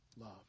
love